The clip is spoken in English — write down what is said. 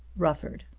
rufford.